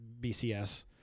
BCS